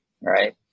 Right